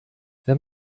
wenn